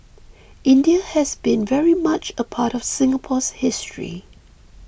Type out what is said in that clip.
India has been very much a part of Singapore's history